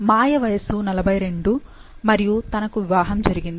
మాయ వయస్సు 42 మరియు తనకు వివాహం జరిగింది